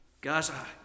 Gaza